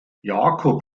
jakob